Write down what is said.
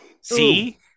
See